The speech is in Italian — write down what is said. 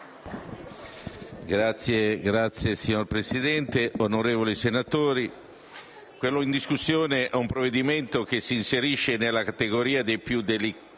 n. 2856** Signor Presidente, onorevoli senatori, quello in discussione è un provvedimento che si inserisce nella categoria dei più delicati